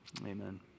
Amen